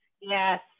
Yes